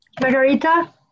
Margarita